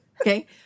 Okay